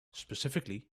specifically